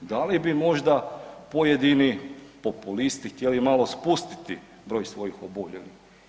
Dal i bi možda pojedini populisti htjeli malo spustiti broj svojih oboljelih?